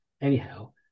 Anyhow